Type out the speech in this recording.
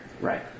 Right